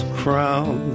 crown